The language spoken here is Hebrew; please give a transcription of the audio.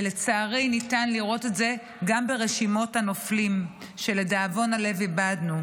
ולצערי ניתן לראות את זה גם ברשימות הנופלים שלדאבון הלב איבדנו,